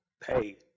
pay